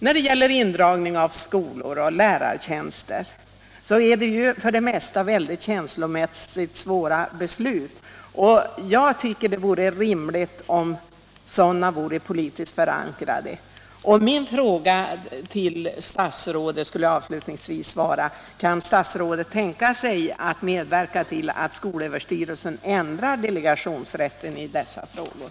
När det gäller indragning av skolor och lärartjänster är det för det mesta känslomässigt svåra beslut. Jag tycker att det vore rimligt om sådana beslut vore politiskt förankrade. Min fråga till statsrådet blir avslutningsvis: Kan statsrådet tänka sig att medverka till att skolöverstyrelsen ändrar delegationsrätten i dessa frågor?